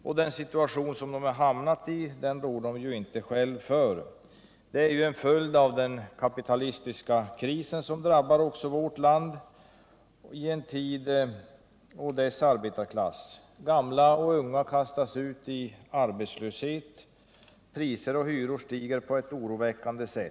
Att de hamnat i den situationen rår de själva inte för. Det är en följd av den kapitalistiska kris som drabbar även vårt land och dess arbetarklass. Unga och gamla kastas ut i arbetslöshet, och priser och hyror stiger på ett oroväckande sätt.